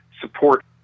support